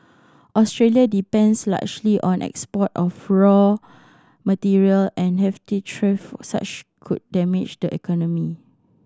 Australia depends largely on the export of raw material and heftier such could damage the economy